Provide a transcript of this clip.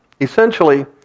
essentially